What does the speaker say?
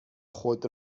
خود